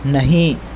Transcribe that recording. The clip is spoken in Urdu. نہیں